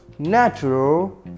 Natural